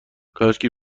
کاشکی